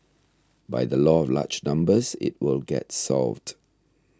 by the law of large numbers it will get solved